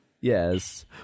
Yes